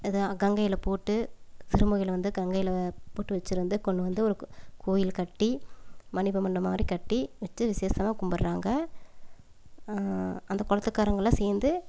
அதை கங்கையில் போட்டு சிறுமுகையில் வந்து கங்கையில் போட்டு வெச்சுருந்து கொண்டு வந்து ஒரு கோ கோவில் கட்டி மணி மண்டபம் மாதிரி கட்டி வெச்சு விசேஷமாக கும்பிட்றாங்க அந்த குலத்துக்காரங்கள்லாம் சேர்ந்து